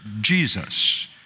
Jesus